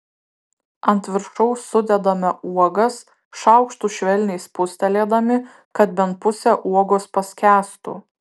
ant viršaus sudedame uogas šaukštu švelniai spustelėdami kad bent pusė uogos paskęstų